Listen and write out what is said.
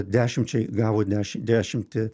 dešimčiai gavo dešim dešimtį